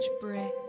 breath